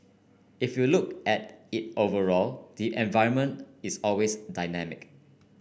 if you look at it overall the environment is always dynamic